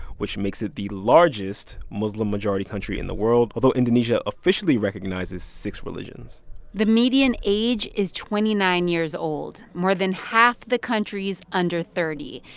which makes it the largest muslim-majority country in the world, although indonesia officially recognizes six religions the median age is twenty nine years old. more than half the country is under thirty.